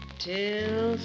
till